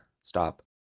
Stop